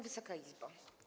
Wysoka Izbo!